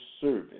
service